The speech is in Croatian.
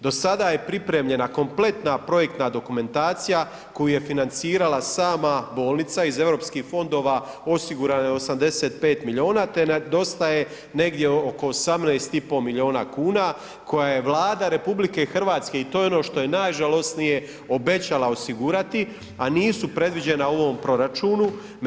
Do sada je pripremljena kompletna projektna dokumentacija koju je financirala sama bolnica iz Europskih fondova osigurano je 85 miliona te nedostaje negdje oko 18,5 miliona kuna koje je Vlada RH i to je ono što je najžalosnije obećala osigurati, a nisu predviđena u ovom proračunu.